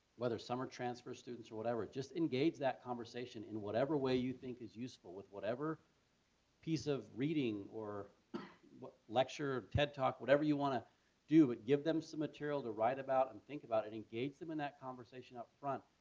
whether some are transfer students or whatever, just engage that conversation in whatever way you think is useful with whatever piece of reading or but lecture. ted talk, whatever you wanna do, but give them some material to write, and think about and engage them in that conversation up front,